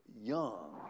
young